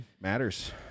Matters